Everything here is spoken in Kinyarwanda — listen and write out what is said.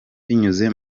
binyuze